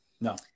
No